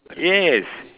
yes